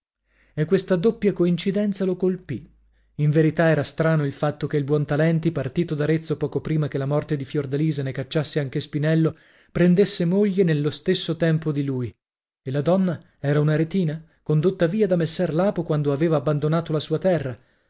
e questa doppia coincidenza lo colpì in verità era strano il fatto che il buontalenti partito d'arezzo poco prima che la morte di fiordalisa ne cacciasse anche spinello prendesse moglie nello stesso tempo di lui e la donna era un'aretina condotta via da messer lapo quando aveva abbandonata la sua terra